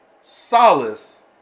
solace